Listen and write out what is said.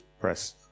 press